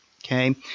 Okay